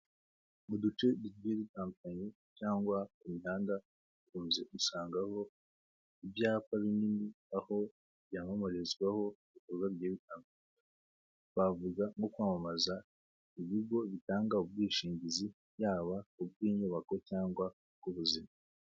Mu duce tugiye dutandukanye cyangwa ku mihanda, dukunze gusangaho ibyapa binini aho byamamarizwaho ibikorwa bigiye bitandukanye. Twavuga nko kwamamaza ibigo bitanga ubwishingizi, yaba ubw'inyubako cyangwa ubw'ubuzima.